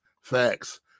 facts